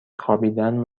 خوابیدن